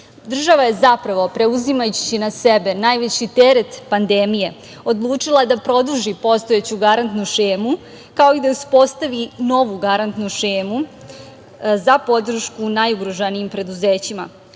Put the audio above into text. je zapravo preuzimajući na sebe najviši teret pandemije, odlučila je da produži postojeću garantnu šemu, kao i da uspostavi novu garantnu šemu za podršku najugroženijim preduzećima. Što